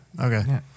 Okay